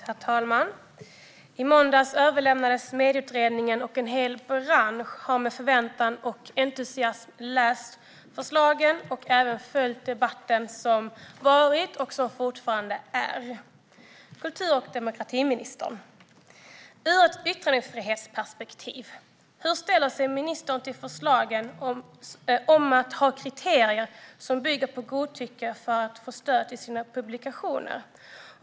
Herr talman! I måndags överlämnades Medieutredningen. En hel bransch har med förväntan och entusiasm läst förslagen och även följt den debatt som varit och som fortfarande pågår. Kultur och demokratiministern! Hur ställer sig ministern, ur ett yttrandefrihetsperspektiv, till förslagen om att ha kriterier som bygger på godtycke för att få stöd till sina publikationer?